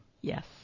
Yes